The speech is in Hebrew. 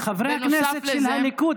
חברי הכנסת של הליכוד,